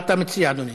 מה אתה מציע, אדוני?